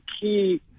key